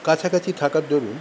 কাছাকাছি থাকার দরুণ